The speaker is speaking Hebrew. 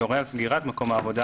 יורה על סגירת מקום העבודה,